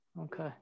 Okay